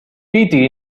piti